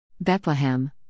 Bethlehem